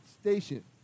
station